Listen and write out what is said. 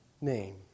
name